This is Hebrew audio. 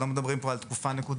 לא מדברים פה על תקופה נקודתית,